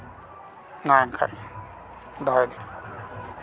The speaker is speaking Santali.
ᱢᱟ ᱮᱱᱠᱷᱟᱱ ᱫᱚᱦᱚᱭ ᱫᱟᱹᱧ